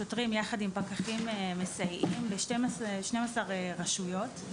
שוטרים יחד עם פקחים מסייעים ב-12 רשויות.